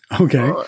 Okay